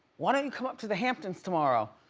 why don't you come up to the hamptons tomorrow?